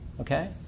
Okay